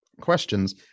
questions